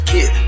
Kid